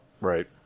Right